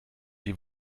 die